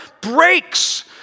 breaks